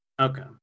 Okay